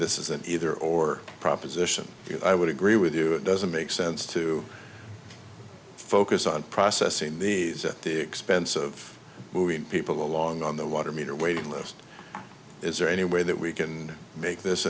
this is an either or proposition i would agree with you it doesn't make sense to focus on processing the expense of moving people along on the water meter waiting list is there any way that we can make this